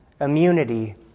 immunity